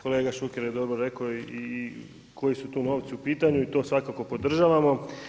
Kolega Šuker je dobro rekao i koji su tu novci u pitanju i to svakako podržavamo.